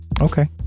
Okay